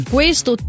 Questo